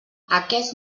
aquest